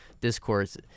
discourse